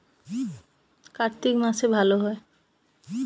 কার্তিক মাসে ভালো হয়?